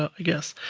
i guess.